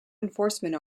enforcement